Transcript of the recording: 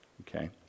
Okay